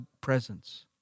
presence